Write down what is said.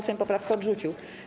Sejm poprawkę odrzucił.